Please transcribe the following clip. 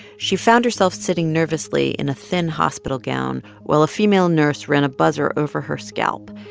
she found herself sitting nervously in a thin hospital gown while a female nurse ran a buzzer over her scalp,